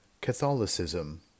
Catholicism